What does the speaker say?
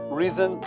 reason